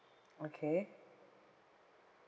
okay